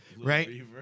right